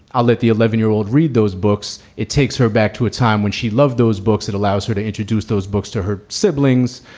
i'll let the eleven year old read those books. it takes her back to a time when she loved those books. it allows her to introduce those books to her siblings.